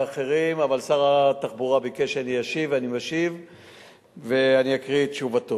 ואני רוצה להגיד לכם,